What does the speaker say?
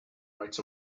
writes